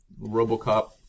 RoboCop